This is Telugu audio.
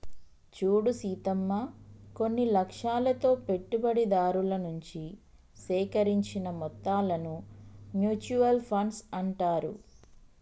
చూడు సీతమ్మ కొన్ని లక్ష్యాలతో పెట్టుబడిదారుల నుంచి సేకరించిన మొత్తాలను మ్యూచువల్ ఫండ్స్ అంటారు